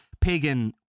pagan